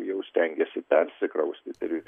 jau stengiasi persikraustyti ir